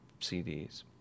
CDs